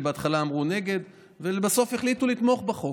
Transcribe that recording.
שבהתחלה אמרו "נגד" ולבסוף החליטו לתמוך בחוק.